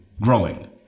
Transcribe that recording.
growing